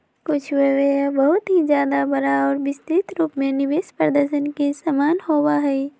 कुछ व्यय बहुत ही ज्यादा बड़ा और विस्तृत रूप में निवेश प्रदर्शन के समान होबा हई